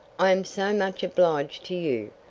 i am so much obliged to you.